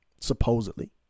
supposedly